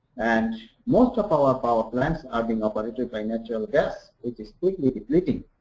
and most of our power plants are being operated by natural gas which is quickly depleting.